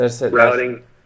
routing